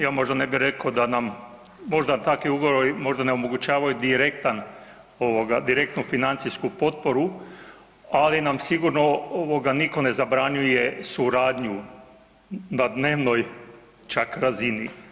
Ja možda ne bi rekao da nam, možda takav ugovori možda ne omogućavaju direktan, direktnu financijsku potporu, ali nam sigurno nitko ne zabranjuje suradnju na dnevnoj čak razini.